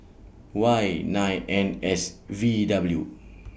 Y nine N S V W